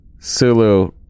Sulu